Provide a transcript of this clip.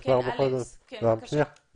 גם בענף הסיעוד שהמנגנון הוא שונה,